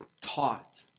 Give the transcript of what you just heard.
taught